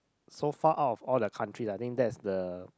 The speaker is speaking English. so far out of all the country I think that's the